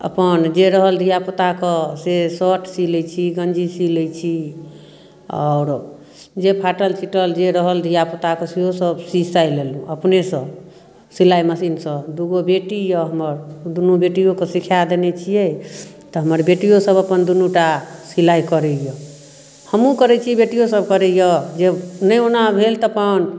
अपन जे रहल धियापुताके से सर्ट सी लै छी गँजी सी लै छी आओर जे फाटल चिटल जे रहल धियापुताके सेहो सब सी साइ लेलहुँ अपनेसँ सिलाइ मशीनसँ दुगो बेटी यऽ हमर दुनू बेटियोके सीखा देनै छियै तऽ हमर बेटियो सब अपन दुनुटा सिलाइ करैय हमहुँ करै छी बेटियो सब करैय जे नहि ओना भेल तऽ अपन